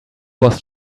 was